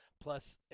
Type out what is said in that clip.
Plus